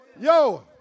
Yo